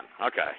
okay